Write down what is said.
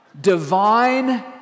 Divine